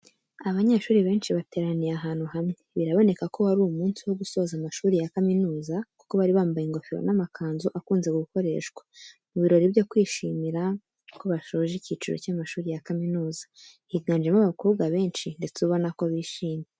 Abanyeshuri benshi bateraniye ahantu hamwe, biraboneka ko wari umunsi wo gusoza amashuri ya kaminuza, kuko bari bambaye ingofero n'amakanzu akunzwe gukoreshwa, mu birori byo kwishimira ko bashoje icyiciro cy'amashuri ya kaminuza. Higanjemo abakobwa benshi ndetse ubona ko bishimye.